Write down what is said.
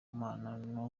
mana